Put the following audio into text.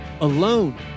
alone